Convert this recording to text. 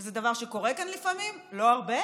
וזה דבר שקורה כן לפעמים, לא הרבה,